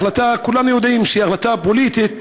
כולם יודעים שההחלטה היא החלטה פוליטית